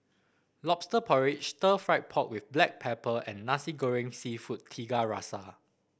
lobster porridge stir fry pork with Black Pepper and Nasi Goreng seafood Tiga Rasa